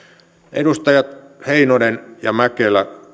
edustajat heinonen ja mäkelä